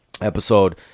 episode